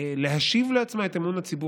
להשיב לעצמה את אמון הציבור.